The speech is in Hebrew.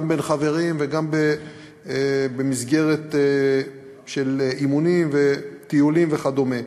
גם בין חברים וגם במסגרת של אימונים וטיולים וכדומה.